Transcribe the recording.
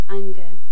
anger